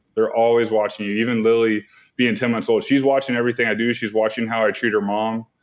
they're always watching you. even lily being ten months old, she's watching everything i do, she's watching how i treat her mom.